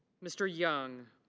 mr. young.